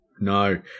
No